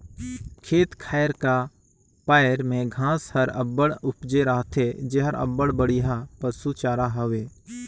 खेत खाएर का पाएर में घांस हर अब्बड़ उपजे रहथे जेहर अब्बड़ बड़िहा पसु चारा हवे